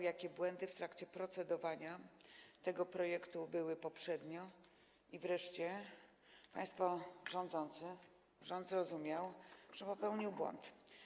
jakie błędy w trakcie procedowania nad tym projektem były poprzednio, i wreszcie państwo rządzący, rząd zrozumiał, że popełnił błąd.